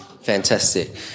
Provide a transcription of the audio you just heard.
Fantastic